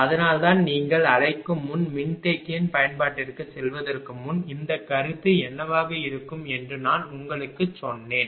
அதனால்தான் நீங்கள் அழைக்கும் முன் மின்தேக்கியின் பயன்பாட்டிற்குச் செல்வதற்கு முன் இந்த கருத்து என்னவாக இருக்கும் என்று நான் உங்களுக்குச் சொன்னேன்